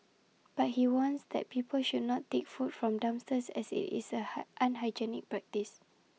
but he warns that people should not take food from dumpsters as IT is is an unhygienic practice